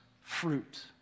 fruit